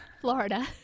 Florida